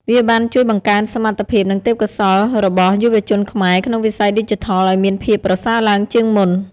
វាបានជួយបង្កើនសមត្ថភាព និងទេពកោសល្យរបស់យុវជនខ្មែរក្នុងវិស័យឌីជីថលឲ្យមានភាពប្រសើរឡើងជាងមុន។